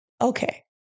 okay